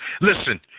Listen